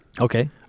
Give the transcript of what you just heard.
Okay